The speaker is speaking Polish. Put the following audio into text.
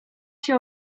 się